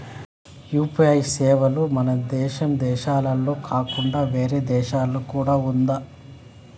UPI సేవలు మన దేశం దేశంలోనే కాకుండా వేరే దేశాల్లో కూడా ఉందా?